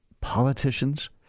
politicians